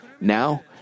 Now